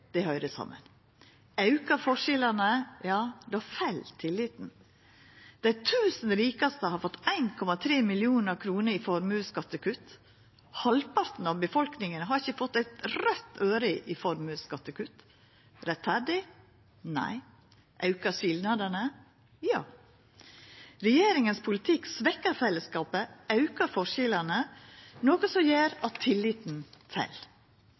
høyrer saman. Aukar forskjellane, fell tilliten. Dei 1 000 rikaste har fått 1,3 mrd. kr i formuesskattekutt. Halvparten av befolkninga har ikkje fått eit raudt øre i formuesskattekutt. Er det rettferdig? Nei. Aukar det skilnadene? Ja. Politikken til regjeringa svekkjer fellesskapet og aukar forskjellane, noko som gjer at tilliten fell.